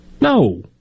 No